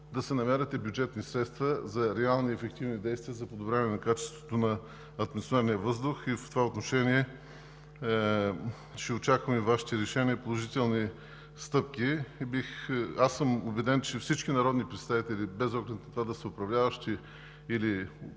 да се намерят и бюджетни средства за реални и ефективни действия за подобряване на качеството на атмосферния въздух. В това отношение ще очакваме Вашите решения и положителни стъпки. Убеден съм, че всички народни представители, без оглед това да са управляващи или